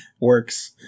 Works